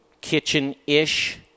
kitchen-ish